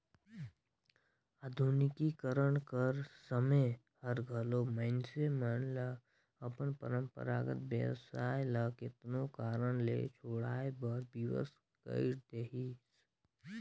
आधुनिकीकरन कर समें हर घलो मइनसे मन ल अपन परंपरागत बेवसाय ल केतनो कारन ले छोंड़वाए बर बिबस कइर देहिस